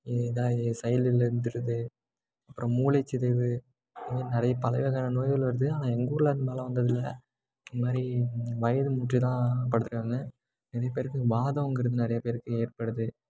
இதாக செயல் இழந்திருது அப்புறம் மூளைச்சிதைவு இதை மாதிரி நிறைய பல வகையான நோய்கள் வருது ஆனால் எங்கூரில் அந்தமாரிலாம் வந்ததுல்ல இந்தமாதிரி வயது முற்றி தான் படுத்துருக்காங்க நிறையப் பேருக்கு வாதங்கிறது நிறையாப் பேருக்கு ஏற்படுது